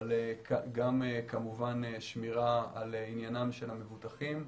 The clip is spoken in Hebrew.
אבל גם כמובן שמירה על עניינם של המבוטחים.